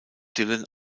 dylan